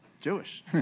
Jewish